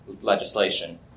legislation